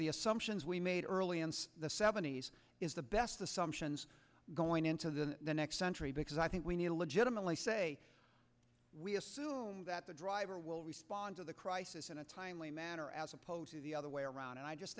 the assumptions we made early in the seventies is the best assumptions going into the next century because i think we need to legitimately say we assume that the driver will respond to the crisis in a timely manner as opposed to the other way around and i just